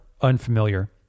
unfamiliar